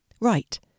Right